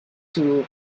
two